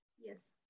Yes